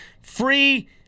free